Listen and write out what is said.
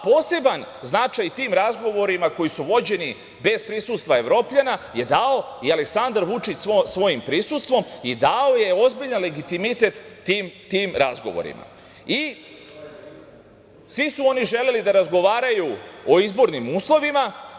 Poseban značaj tim razgovorima koji su vođeni bez prisustva Evropljana je dao i Aleksandar Vučić svojim prisustvom i dao je ozbiljan legitimitet tim razgovorima i svi su oni želeli da razgovaraju o izbornim uslovima.